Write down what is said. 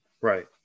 right